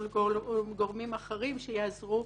מול גורמים אחרים שיעזרו,